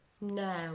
No